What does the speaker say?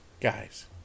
Guys